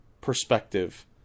perspective